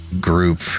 group